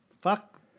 Fuck